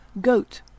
Goat